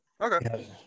Okay